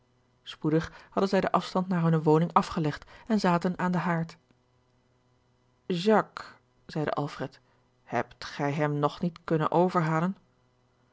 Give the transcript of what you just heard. spoedig hadden zij den afstand naar hunne woning afgelegd en zaten aan den haard jacques zeide alfred hebt gij hem nog niet kunnen overhalen